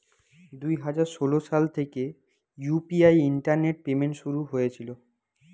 দুই হাজার ষোলো সাল থেকে ইউ.পি.আই ইন্টারনেট পেমেন্ট শুরু হয়েছিল